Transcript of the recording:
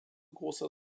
großer